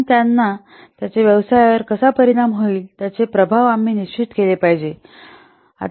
आणि त्याचा त्यांच्या व्यवसायावर कसा परिणाम होईल त्याचे प्रभाव आम्ही निश्चित केले पाहिजे